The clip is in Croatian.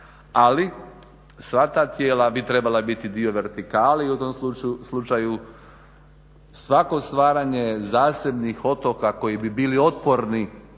ali sva ta tijela bi trebala biti dio vertikale i u tom slučaju svako stvaranje zasebnih otoka koji bi bili otporni